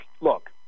look